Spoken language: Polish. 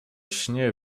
śnie